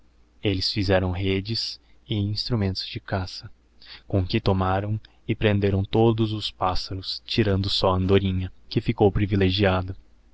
eues fizerão redes e instrumentos de cara com que tomarão e prenderão todos os pássaros tirando só a andorinha que íicou privilegiada